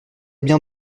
bien